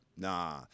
Nah